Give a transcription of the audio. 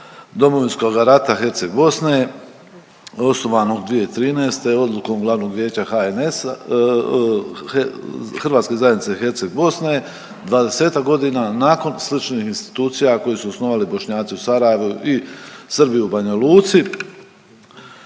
Domovinskog rata Herceg Bosne osnovanog 2013. odlukom glavnog vijeća HNS-a, hrvatske zajednice Herceg Bosne, 20-ak godina nakon sličnih institucija koje su osnovali Bošnjaci u Sarajevu i Srbi u Banja Luci.